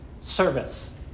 service